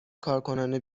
کارکنان